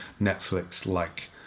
Netflix-like